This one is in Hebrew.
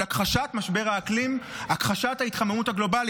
הכחשת משבר האקלים, הכחשת ההתחממות הגלובלית: